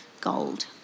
gold